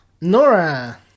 Nora